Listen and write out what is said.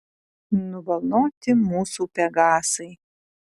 nubalnoti mūsų pegasai